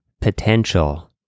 potential